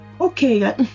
okay